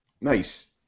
Nice